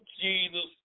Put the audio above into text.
Jesus